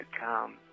come